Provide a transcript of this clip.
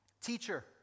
Teacher